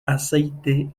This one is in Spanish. aceite